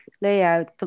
layout